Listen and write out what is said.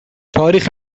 تاریخ